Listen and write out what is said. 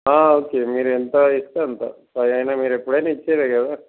okay మీరు ఎంత ఇస్తే అంత అదైనా మీరు ఎప్పుడైనా ఇచ్చేదే కదా